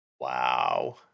Wow